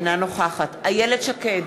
אינה נוכחת איילת שקד,